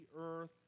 earth